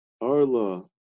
Arla